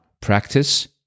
Practice